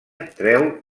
treu